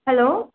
hello